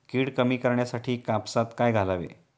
कीड कमी करण्यासाठी कापसात काय घालावे?